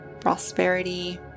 prosperity